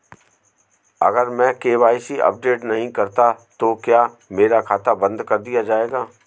अगर मैं KYC update नहीं करता तो क्या मेरा खाता बंद कर दिया जाएगा?